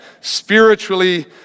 spiritually